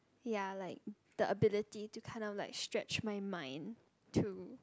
ya like the ability to kind of like stretch my mind to